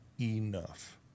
Enough